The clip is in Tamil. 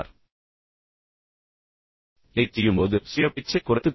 இதைச் செய்யும்போது சுய பேச்சைக் குறைத்துக் கொள்ளுங்கள்